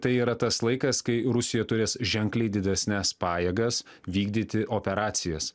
tai yra tas laikas kai rusija turės ženkliai didesnes pajėgas vykdyti operacijas